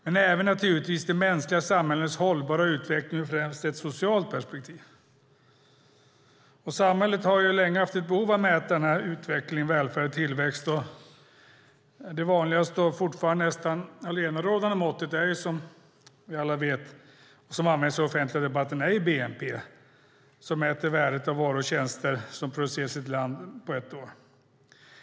Det handlar naturligtvis även om de mänskliga samhällenas hållbara utveckling ur främst ett socialt perspektiv. Samhället har länge haft ett behov av att mäta utveckling, välfärd och tillväxt. Det vanligaste och fortfarande näst intill allenarådande måttet i den offentliga debatten är, som vi alla vet, bnp som mäter värdet av varor och tjänster som produceras i ett land på ett år.